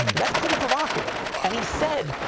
that's pretty provocative. and he said,